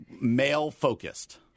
male-focused